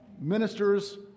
Ministers